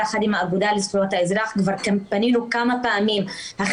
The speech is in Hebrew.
יחד עם האגודה לזכויות האזרח וכבר פנינו כמה פעמים למשרד העבודה,